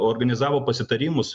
organizavo pasitarimus